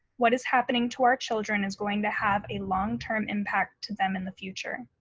what is happening to our children is going to have a long term impact to them in the future.